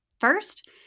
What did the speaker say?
First